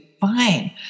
Fine